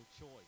choice